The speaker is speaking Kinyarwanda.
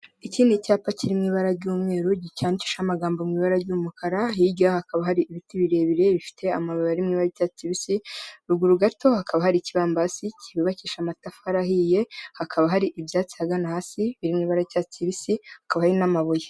Iki ni icyapa kiri mu ibara ry'umweru, cyandikishijeho amagambo mu ibara ry'umukara, hirya hakaba hari ibiti birebire bifite amababi ari mu ibara ry'icyatsi kibisi, ruguru gato hakaba hari ikibambasi cyubakishije amatafari ahiye, hakaba hari ibyatsi ahagana hasi biri mu ibara ry'icyatsi kibisi, hakaba hari n'amabuye.